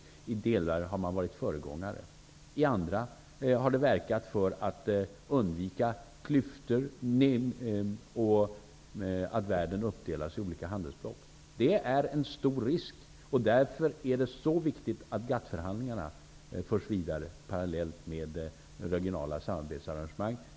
I vissa delar har man varit föregångare, i andra delar har man verkat för att undvika klyftor och att hindra att världen uppdelas i olika handelsblock. Det är en stor risk. Därför är det så viktigt att GATT-förhandlingarna förs vidare parallellt med regionala samarbetsarrangemang.